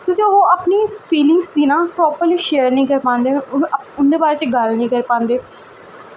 क्योंकि ओह् अपनी फीलिंग गी ना प्रापरली फील निं करी लैंदे उं'दे बारे च गल्ल निं करी पांदे